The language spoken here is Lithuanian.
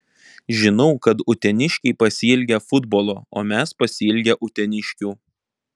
žinau kad uteniškiai pasiilgę futbolo o mes pasiilgę uteniškių